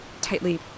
tightly